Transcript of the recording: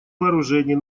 вооружений